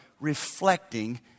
reflecting